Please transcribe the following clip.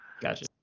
Gotcha